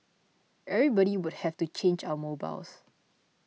everybody would have to change our mobiles